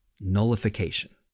nullification